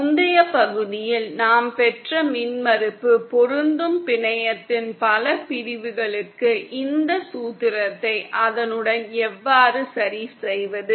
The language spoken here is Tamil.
முந்தைய வகுப்பில் நாம் பெற்ற மின்மறுப்பு பொருந்தும் பிணையத்தின் பல பிரிவுகளுக்கு இந்த சூத்திரத்தை அதனுடன் எவ்வாறு சரிசெய்வது